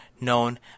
known